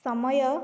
ସମୟ